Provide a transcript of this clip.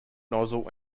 nozzle